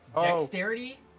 dexterity